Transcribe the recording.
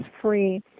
free